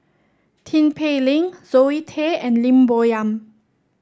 Tin Pei Ling Zoe Tay and Lim Bo Yam